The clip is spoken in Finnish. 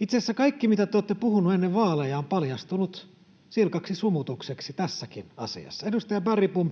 Itse asiassa kaikki, mitä te olette puhuneet ennen vaaleja, on paljastunut silkaksi sumutukseksi tässäkin asiassa. Edustaja Bergbom